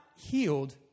healed